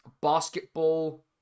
basketball